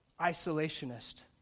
isolationist